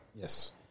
Yes